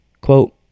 Quote